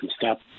stop